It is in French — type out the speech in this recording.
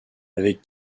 avec